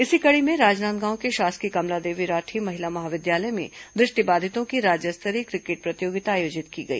इसी कड़ी में राजनांदगांव के शासकीय कमलादेवी राठी महिला महाविद्यालय में दृष्टिबाधितों की राज्य स्तरीय क्रिकेट प्रतियोगिता आयोजित की गई